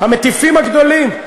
המטיפים הגדולים,